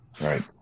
Right